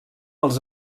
els